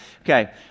Okay